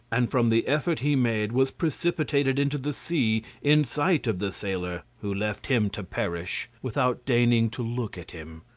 and from the effort he made was precipitated into the sea in sight of the sailor, who left him to perish, without deigning to look at him.